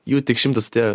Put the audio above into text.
jų tik šimtas atėjo